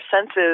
senses